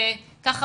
כך,